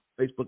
facebook